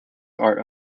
are